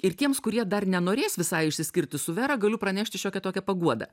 ir tiems kurie dar nenorės visai išsiskirti su vera galiu pranešti šiokią tokią paguodą